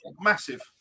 massive